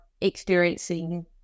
experiencing